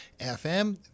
FM